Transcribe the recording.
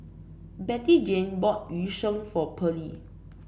Bettyjane bought Yu Sheng for Pearly